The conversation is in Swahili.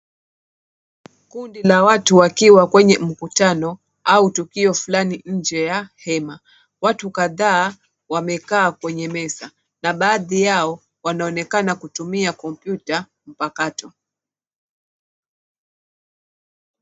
Kundi la watu wakiwa kwenye mkutano au tukio fulani nje ya hema. Watu kadhaa wamekaa kwenye meza na baadhi yao wanaonekana kutumia kompyuta mpakato.